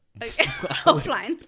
Offline